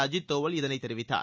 அஜித் தோவல் இதனை தெரிவித்தார்